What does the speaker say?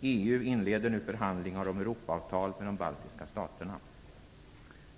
EU inleder nu förhandlingar om Europaavtal med de baltiska staterna.